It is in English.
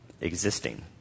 existing